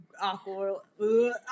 awkward